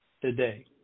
today